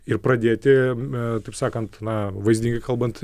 ir pradėti aa taip sakant na vaizdingai kalbant